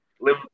live